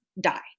die